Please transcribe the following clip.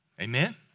Amen